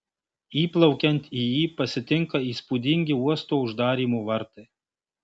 įplaukiant į jį pasitinka įspūdingi uosto uždarymo vartai